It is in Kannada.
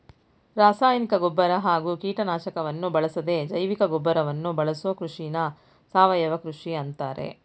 ರಾಸಾಯನಿಕ ಗೊಬ್ಬರ ಹಾಗೂ ಕೀಟನಾಶಕವನ್ನು ಬಳಸದೇ ಜೈವಿಕಗೊಬ್ಬರವನ್ನು ಬಳಸೋ ಕೃಷಿನ ಸಾವಯವ ಕೃಷಿ ಅಂತಾರೆ